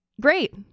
Great